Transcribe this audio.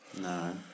No